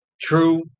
true